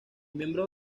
miembros